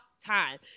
time